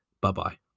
Bye-bye